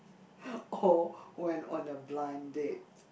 or went on a blind date